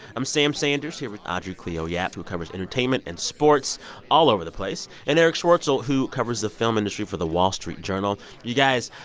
i'm sam sanders here with audrey cleo yap, who covers entertainment and sports all over the place, and erich schwartzel, who covers the film industry for the wall street journal. you guys,